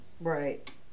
Right